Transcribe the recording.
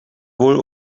wohl